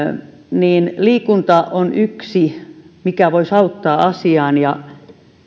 niin liikunta on yksi mikä voisi auttaa asiaan ja